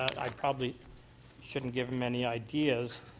i probably shouldn't give him any ideas.